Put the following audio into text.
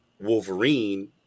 Wolverine